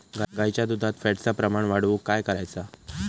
गाईच्या दुधात फॅटचा प्रमाण वाढवुक काय करायचा?